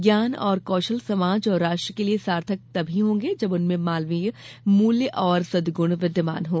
ज्ञान और कौशल समाज और राष्ट्र के लिए सार्थक तभी होंगे जब उनमें मानवीय मूल्य और सदगुण विद्यमान हों